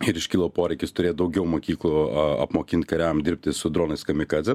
ir iškilo poreikis turėt daugiau mokyklų apmokint kariam dirbti su dronais kamikadzė